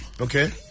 Okay